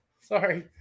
Sorry